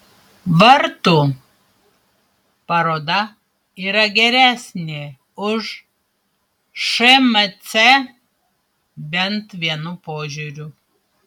vartų paroda yra geresnė už šmc bent vienu požiūriu